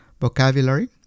vocabulary